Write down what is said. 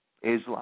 Islam